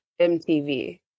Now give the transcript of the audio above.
MTV